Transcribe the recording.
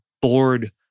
bored